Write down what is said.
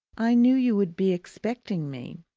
i knew you would be expecting me!